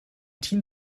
team